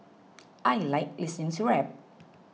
I like listening to rap